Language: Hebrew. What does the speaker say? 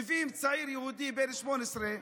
מביאים צעיר יהודי בן 18,